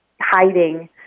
hiding